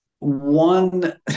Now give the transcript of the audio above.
One